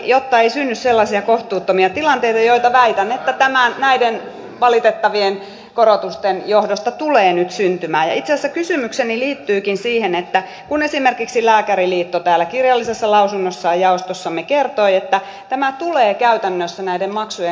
tämähän ei synny sellaisia kohtuuttomia tilanteita joita pidä paikkansa vaan kokopäivähoitoon oikeus säilyy edelleen niillä perheillä ja lapsilla joille on siihen että kun esimerkiksi lääkäriliitto kirjallisessa lausunnossaan jaostossamme kertoi että tämä tulee käytännössä näiden tarve